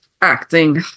acting